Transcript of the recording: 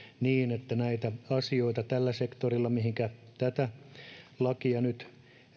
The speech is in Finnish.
niin että näitä asioita tällä sektorilla mihinkä tämä ministerin nyt